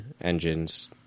engines